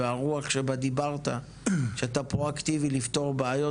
והרוח שבה דיברת שאתה פרואקטיבי לפתור בעיות